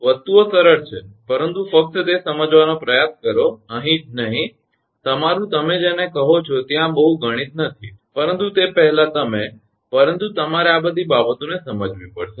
વસ્તુઓ સરળ છે પરંતુ ફક્ત તે સમજવાનો પ્રયાસ કરો અહીં જ નહીં તમારું તમે જેને કહો છો ત્યાં બહુ ગણિત નથી પરંતુ તે પહેલાં તમે પરંતુ તમારે આ બધી બાબતોને સમજવી પડશે